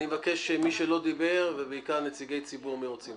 אני מבקש שמי שלא דיבר, בעיקר נציגי ציבור שרוצים.